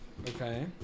Okay